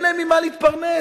שאין להם ממה להתפרנס.